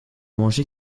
mangé